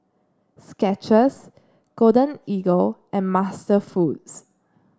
Skechers Golden Eagle and MasterFoods